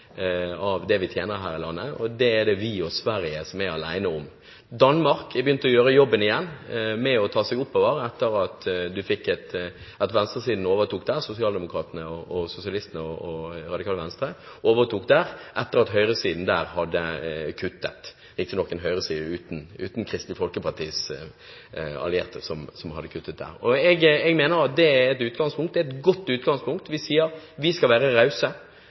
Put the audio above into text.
av det vi tjener her i landet. Det er vi og Sverige alene om. Danmark har begynt å gjøre jobben med å ta seg oppover igjen etter at venstresiden overtok med sosialdemokratene og sosialistene og Radikale Venstre – etter at høyresiden hadde kuttet der, riktignok en høyreside uten Kristelig Folkepartis allierte. Jeg mener det er et godt utgangspunkt. Vi sier: Vi skal være rause, for det er vår jobb å bidra til internasjonal fordeling. Det at vi er blant de rikeste i verden, medfører noen forpliktelser, etter min oppfatning, om at vi skal